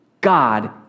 God